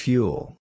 Fuel